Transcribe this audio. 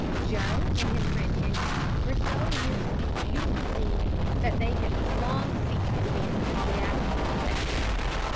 joe and his friend henri were so used to these beautiful scenes that they had long ceased to be enthusiastically affected by them,